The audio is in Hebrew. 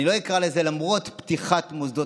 אני לא אקרא לזה "למרות פתיחת מוסדות